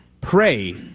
pray